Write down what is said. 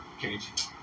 cage